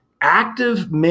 active